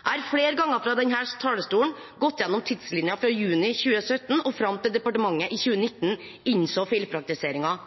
Jeg har flere ganger fra denne talerstolen gått gjennom tidslinjen fra juni 2017 og fram til departementet i 2019 innså feilpraktiseringen.